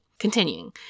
Continuing